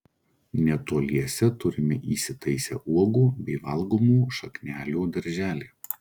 netoliese turime įsitaisę uogų bei valgomų šaknelių darželį